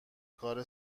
کار